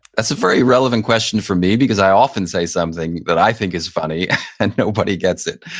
that's a very relevant question for me because i often say something that i think is funny and nobody gets it.